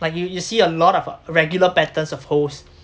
like you you see a lot of uh regular patterns of holes